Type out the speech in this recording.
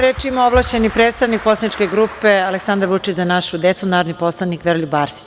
Reč ima ovlašćeni predstavnik Poslaničke grupe Aleksandar Vučić - Za našu decu, narodni poslanik Veroljub Arsić.